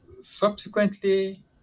subsequently